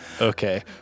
Okay